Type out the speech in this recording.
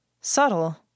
Subtle